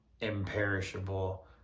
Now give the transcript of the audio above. imperishable